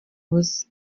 busa